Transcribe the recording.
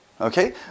Okay